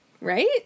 Right